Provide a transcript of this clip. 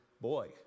boy